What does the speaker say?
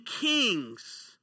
kings